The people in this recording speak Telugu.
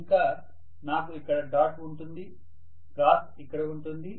ఇంకా నాకు ఇక్కడ డాట్ ఉంటుంది క్రాస్ ఇక్కడ ఉంటుంది